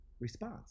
response